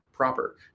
proper